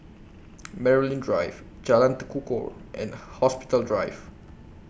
Maryland Drive Jalan Tekukor and Hospital Drive